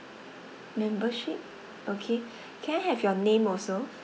membership okay can I have your name also